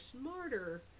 smarter